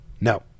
No